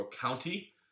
County